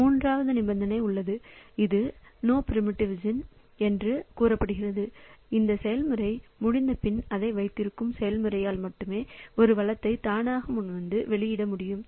மூன்றாவது நிபந்தனை உள்ளது இது நோ ப்ரீம்ப்ஸ்ன் என்று கூறப்படுகிறது அந்த செயல்முறை முடிந்தபின் அதை வைத்திருக்கும் செயல்முறையால் மட்டுமே ஒரு வளத்தை தானாக முன்வந்து வெளியிட முடியும்